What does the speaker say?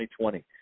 2020